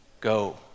go